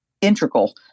integral